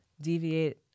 deviate